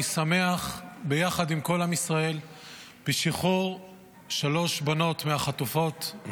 אני שמח יחד עם כל עם ישראל על שחרור שלוש בנות מהחטופים,